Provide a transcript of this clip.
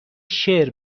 شعر